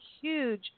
huge